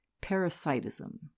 parasitism